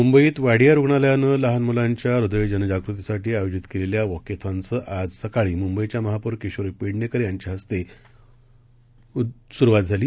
मुंबईत वाडिया रुग्णालयानं लहान मुलांच्या हृदय जनजागृतीसाठी आयोजित केलेल्या वॉकेथॉनचं आज सकाळी मुंबईच्या महापौर किशोरी पेडणेकर यांच्या हस्ते झालं